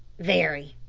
very,